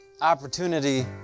opportunity